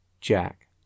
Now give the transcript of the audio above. Jack